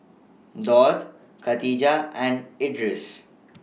Daud Khatijah and Idris